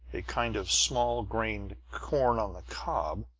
a kind of small-grained corn on the cob,